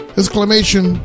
exclamation